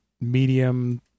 medium